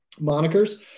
monikers